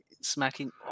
smacking